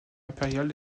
impériale